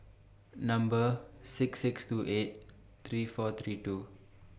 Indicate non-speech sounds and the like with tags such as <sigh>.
Number six six two eight three four three two <noise>